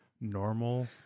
normal